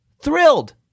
thrilled